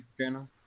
Channel